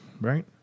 right